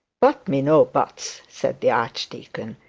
but me no buts said the archdeacon.